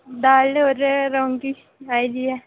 दाल दे बजाए रैंगी आई दी ऐ